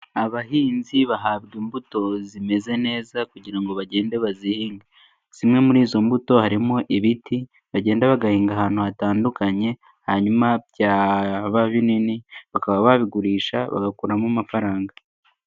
Abahinzi bahabwa imbuto zimeze neza kugira ngo bagende bazihinge, zimwe muri izo mbuto harimo ibiti, bagenda bagahinga ahantu hatandukanye, hanyuma byaba binini, bakaba babigurisha, bagakuramo amafaranga.